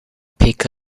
pick